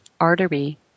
artery